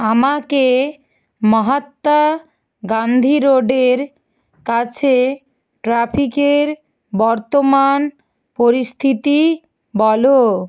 আমাকে মহাত্মা গান্ধী রোডের কাছে ট্রাফিকের বর্তমান পরিস্থিতি বলো